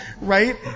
right